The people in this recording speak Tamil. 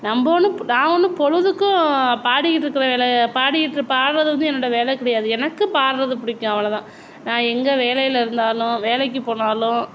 நம்ம ஒன்று நான் ஒன்றும் பொழுதுக்கும் பாடிக்கிட்டு இருக்கிற வேலை பாடிக்கிட்டு இருக்கிறது பாடுறது வந்து என்னோடய வேலை கிடையாது எனக்கு பாடுறது பிடிக்கும் அவ்வளோதான் நான் எங்கே வேலையில் இருந்தாலும் வேலைக்கு போனாலும்